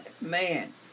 Man